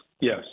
yes